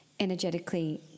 energetically